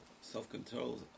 Self-control